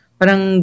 parang